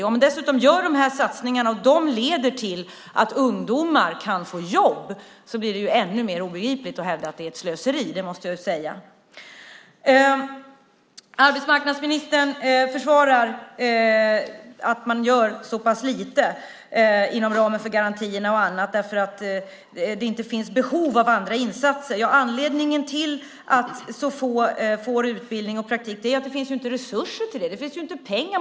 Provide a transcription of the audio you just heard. Om vi dessutom gör de här satsningarna och de leder till att ungdomar kan få jobb blir det ju ännu mer obegripligt att hävda att det är ett slöseri. Det måste jag ju säga. Arbetsmarknadsministern försvarar att man gör så pass lite inom ramen för garantier och annat med att det inte finns behov av andra insatser. Anledningen till att så få får utbildning och praktik är att det inte finns resurser till det. Det finns ju inte pengar.